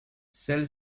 celles